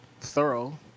thorough